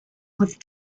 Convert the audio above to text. with